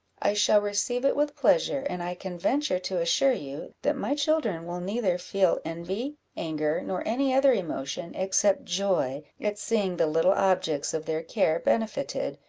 i shall receive it with pleasure and i can venture to assure you, that my children will neither feel envy, anger, nor any other emotion, except joy, at seeing the little objects of their care benefited,